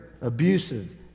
abusive